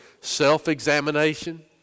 self-examination